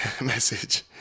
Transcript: message